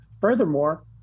Furthermore